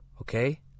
Okay